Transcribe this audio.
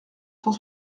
cent